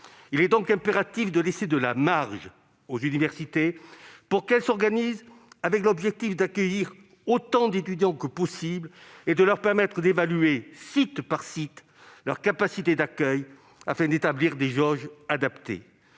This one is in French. Il est donc impératif de laisser de la marge aux universités, pour qu'elles s'organisent dans l'objectif d'accueillir autant d'étudiants que possible. Il est impératif de leur permettre d'évaluer, site par site, leur capacité d'accueil afin d'établir des jauges adaptées.